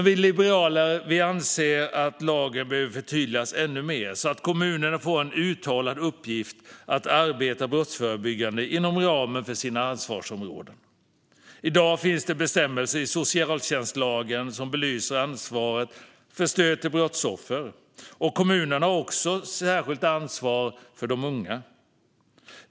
Vi liberaler anser dock att lagen behöver förtydligas ännu mer så att kommunerna får en uttalad uppgift att arbeta brottsförebyggande inom ramen för sina ansvarsområden. I dag finns det bestämmelser i socialtjänstlagen som belyser ansvaret för stöd till brottsoffer, och kommunerna har också ett särskilt ansvar för de unga.